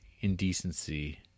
indecency